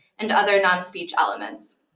and other non-speech elements.